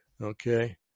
okay